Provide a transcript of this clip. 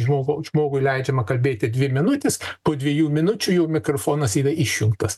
žmogau žmogui leidžiama kalbėti dvi minutes po dviejų minučių jau mikrofonas yra išjungtas